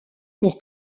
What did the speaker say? pour